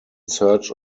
search